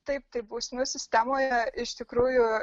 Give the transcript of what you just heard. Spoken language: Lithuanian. taip tai bausmių sistemoje iš tikrųjų